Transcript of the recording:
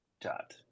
dot